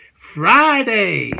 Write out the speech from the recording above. Friday